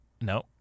No